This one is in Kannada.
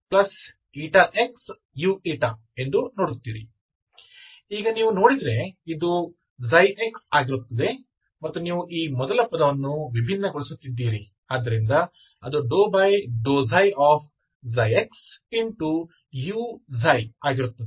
ಈಗ ನೀವು ನೋಡಿದರೆ ಇದು ξx ಆಗಿರುತ್ತದೆ ಮತ್ತು ನೀವು ಈ ಮೊದಲ ಪದವನ್ನು ವಿಭಿನ್ನಗೊಳಿಸುತ್ತಿದ್ದೀರಿ ಆದ್ದರಿಂದ ಅದು ξx u ಆಗಿರುತ್ತದೆ